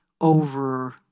over